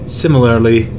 similarly